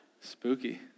Spooky